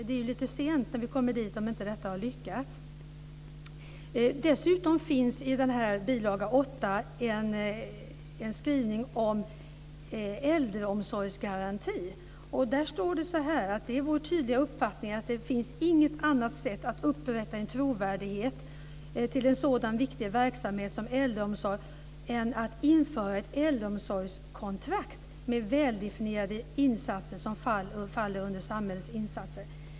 Det är ju lite sent när vi kommer dit om inte detta har lyckats. Dessutom finns i bilaga 8 en skrivning om äldreomsorgsgarantin. Där står det: Det är vår tydliga uppfattning att det finns inget annat sätt att upprätta en trovärdighet till en sådan viktig verksamhet som äldreomsorg än att införa ett äldreomsorgskontrakt med väldefinierade insatser som faller under samhället.